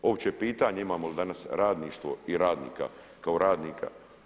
Uopće pitanje imamo li danas radništvo i radnika kao radnika.